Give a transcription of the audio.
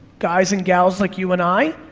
guys and gals like you and i,